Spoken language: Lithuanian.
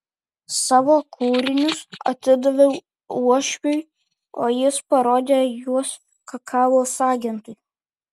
savo kūrinius atidaviau uošviui o jis parodė juos kakavos agentui